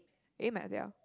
A math ya